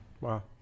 Wow